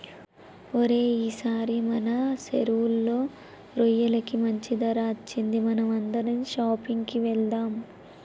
ఓరై ఈసారి మన సెరువులో రొయ్యలకి మంచి ధర అచ్చింది మనం అందరం షాపింగ్ కి వెళ్దాం